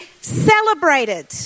celebrated